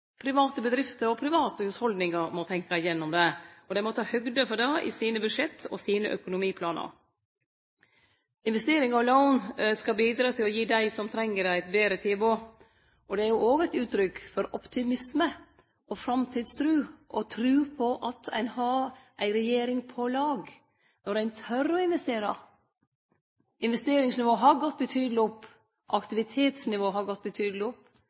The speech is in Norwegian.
private bedrifter og private hushald må tenkje gjennom det. Dei må ta høgd for det i sine budsjett og sine økonomiplanar. Investeringar og lån skal bidra til å gi dei som treng det, eit betre tilbod. Det er òg eit uttrykk for optimisme, framtidstru og tru på at ein har ei regjering som speler på lag, når ein tør å investere. Investeringsnivået har gått betydeleg opp. Aktivitetsnivået har gått betydeleg opp.